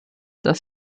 dass